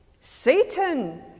Satan